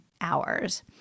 hours